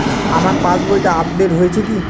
আমার পাশবইটা আপডেট হয়েছে কি?